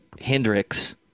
Hendrix